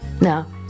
now